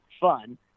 fun